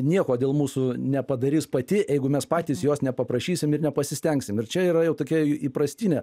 nieko dėl mūsų nepadarys pati eigu mes patys jos nepaprašysim ir nepasistengsim ir čia yra jau tokia įprastinė